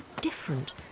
different